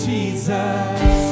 Jesus